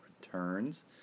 Returns